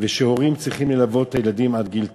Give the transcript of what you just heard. ולכך שהורים צריכים ללוות את הילדים עד גיל תשע.